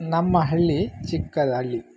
ನಮ್ಮ ಹಳ್ಳಿ ಚಿಕ್ಕದು ಹಳ್ಳಿ